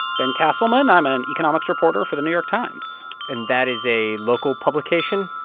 ben castleman i'm an economics reporter for the new york times and that is a local publication?